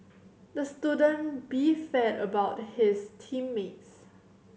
the student about his team mates